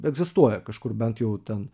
egzistuoja kažkur bent jau ten